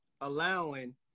allowing